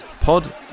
pod